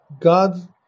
God